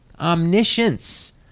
omniscience